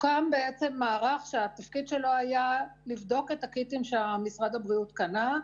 הוקם בעצם מערך שהתפקיד שלו היה לבדוק את הקיטים שמשרד הבריאות קנה,